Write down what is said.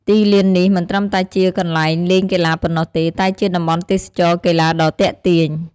ទីលាននេះមិនត្រឹមតែជាកន្លែងលេងកីឡាប៉ុណ្ណោះទេ តែជាតំបន់ទេសចរណ៍កីឡាដ៏ទាក់ទាញ។